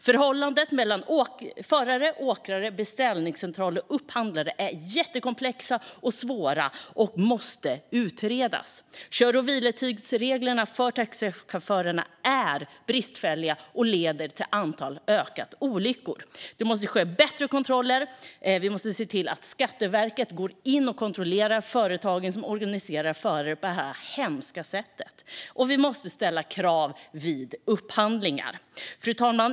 Förhållandena mellan förare, åkare, beställningscentraler och upphandlare är jättekomplexa och svåra, och de måste utredas. Kör och vilotidsreglerna för taxichaufförerna är bristfälliga och leder till ett ökat antal olyckor. Det måste göras bättre kontroller. Vi måste se till att Skatteverket går in och kontrollerar de företag som organiserar förare på det här hemska sättet. Vi måste också ställa krav vid upphandlingar. Fru talman!